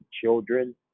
children